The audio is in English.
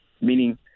meaning